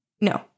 no